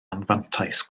anfantais